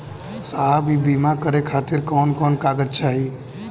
साहब इ बीमा करें खातिर कवन कवन कागज चाही?